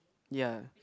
ya